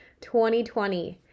2020